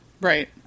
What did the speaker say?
Right